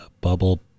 Bubble